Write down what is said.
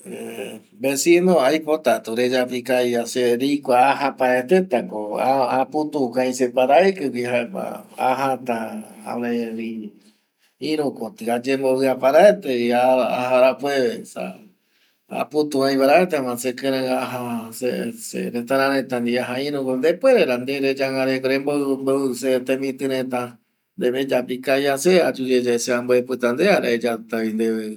Vecino aipota tu reyapo ikavi va se reikua aja paraete ta ko, aputu ko ai se mbraiki gui jaema ajata amae vi vi iru koti Ayembovɨa paraete vi aja rambueve esa aputu ai paraete jaema sekirei aja se seretara reta ndie aja iru koti, ndepuere ra nde reyangareko, rembou mbou se temiti reta nde reyapo ikaviva se ayu ye yae se amboepita nde jare aeyata vi ndeve